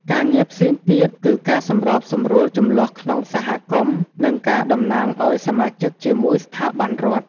ការងារផ្សេងទៀតគឺការសម្របសម្រួលជម្លោះក្នុងសហគមន៍ និងការតំណាងឲ្យសមាជិកជាមួយស្ថាប័នរដ្ឋ។